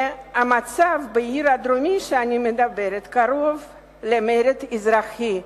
והמצב בעיר הדרומית שאני מדברת עליה קרוב למרד אזרחי,